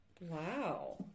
Wow